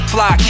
Fly